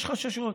יש חששות.